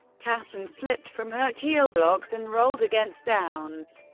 cassin slipped from her keel blocks and rolled against downes.